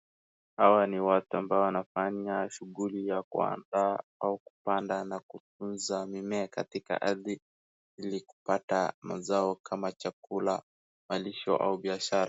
Hawa ni watu ambao wanafanya shughuli ya kuandaa au kupanda na kutunza mimea katika ardhi ili kupata mazao kama chakula, malisho ama biashara.